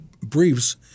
briefs